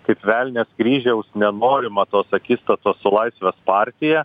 kaip velnias kryžiaus nenorima tos akistatos su laisvės partija